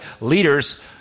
leaders